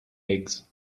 eggs